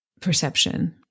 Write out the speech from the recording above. perception